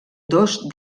dos